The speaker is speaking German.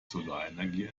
solarenergie